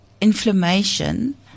inflammation